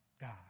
God